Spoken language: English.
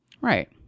right